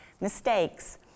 mistakes